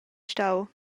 stau